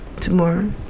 tomorrow